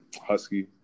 Husky